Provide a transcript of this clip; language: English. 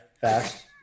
Fast